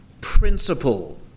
principle